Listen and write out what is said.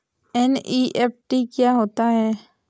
NEFT क्या होता है?